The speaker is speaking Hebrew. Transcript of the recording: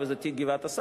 וזה תיק גבעת-אסף,